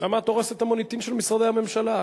למה את הורסת את המוניטין של משרדי הממשלה?